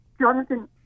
Jonathan